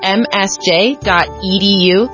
msj.edu